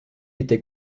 était